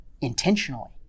Intentionally